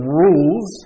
rules